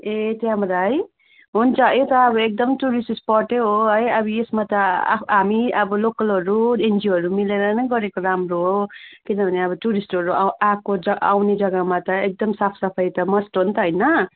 ए त्यहाँबाट है हुन्छ यता अब एकदम टुरिस्ट स्पटै हो है अब यसमा त आ हामी अब लोकलहरू एनजिओहरू मिलेर नै गरेको राम्रो हो किनभने अब टुरिस्टहरू अ आएको आउने जग्गामा त एकदम साफ सफाई त मस्ट हो नि त होइन